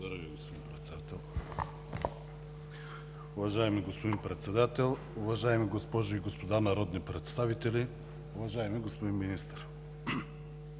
Уважаема госпожо Председател, уважаеми госпожи и господа народни представители, уважаеми господин Министър!